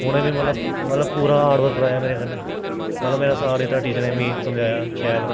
उनें मी मतलब मतलब पूरा हार्ड वर्क कराया मेरे कन्नै मतलब मेरा साथ दित्ता टीचरें मी समझाया शैल